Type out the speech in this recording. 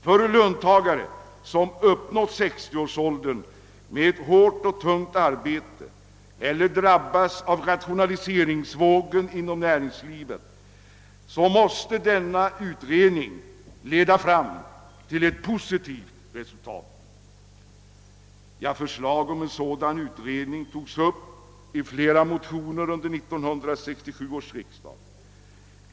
För löntagare som uppnått 60-årsåldern efter ett tungt och hårt arbete eller drabbats av rationaliseringsvågen inom näringslivet måste denna utredning leda fram till ett positivt resultat. Förslag om en sådan utredning togs upp i flera motioner under 1967 års riksdag.